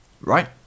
right